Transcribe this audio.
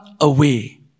away